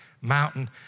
mountain